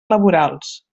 laborals